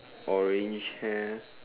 orange hair